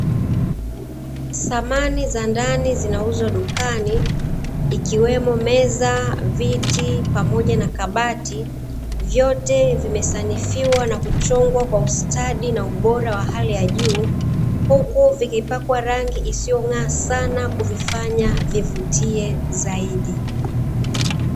Samani za ndani zinauzwa dukani, ikiwemo meza, viti pamoja na kabati vyote vimesanifiwa na kuchongwa kwa ustadi na ubora wa hali ya juu, huku vikipakwa rangi isiyong'aa sana kuvifanya vivutie zaidi.